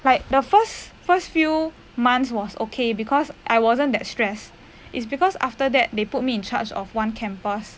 like the first first few months was okay because I wasn't that stress is because after that they put me in charge of one campus